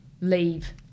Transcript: leave